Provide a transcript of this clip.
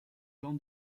jean